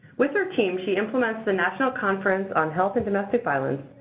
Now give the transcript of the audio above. with her team, she implements the national conference on health and domestic violence,